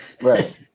right